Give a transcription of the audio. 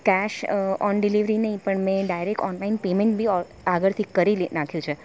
cache on delivery નહીં પણ મેં ડાઇરેક ઓનલાઇન પેમેન બી આગળથી કરી નાખ્યું છે